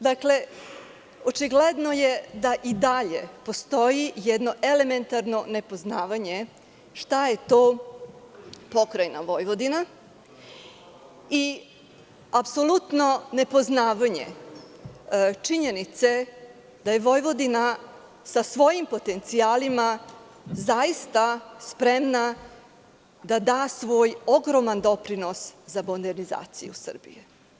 Dakle, očigledno je da i dalje postoji jedno elementarno nepoznavanje šta je to Pokrajina Vojvodina i apsolutno nepoznavanje činjenice da je Vojvodina sa svojim potencijalima zaista spremana da da svoj ogroman doprinos za modernizaciju Srbije.